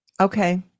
Okay